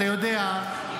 אתה יודע,